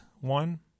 one